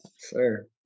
Sir